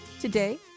Today